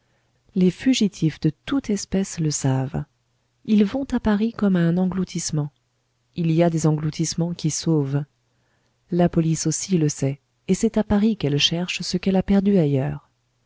les fugitifs de toute espèce le savent ils vont à paris comme à un engloutissement il y a des engloutissements qui sauvent la police aussi le sait et c'est à paris qu'elle cherche ce qu'elle a perdu ailleurs